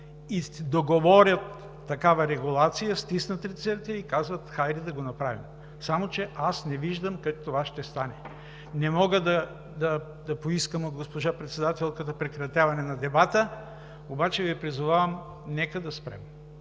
договорят такава регулация, стиснат ръцете и кажат: хайде да го направим! Само че аз не виждам как това ще стане. Не мога да поискам от госпожа председателката прекратяване на дебата, обаче Ви призовавам: нека да спрем.